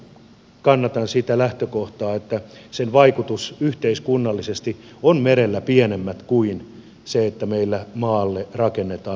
aivan varmasti kannatan sitä lähtökohtaa että sen vaikutus yhteiskunnallisesti on merellä pienempi kuin jos meillä maalle rakennetaan